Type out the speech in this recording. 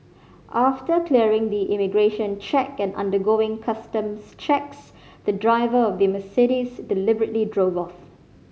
after clearing the immigration check and undergoing customs checks the driver of the Mercedes deliberately drove off